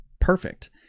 perfect